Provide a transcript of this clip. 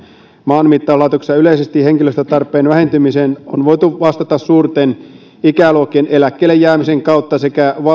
maanmittauslaitoksessa yleisesti henkilöstötarpeen vähentymiseen on voitu vastata suurten ikäluokkien eläkkeelle jäämisen kautta sekä